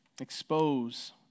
Expose